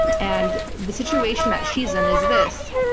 and the situation that she's in is this.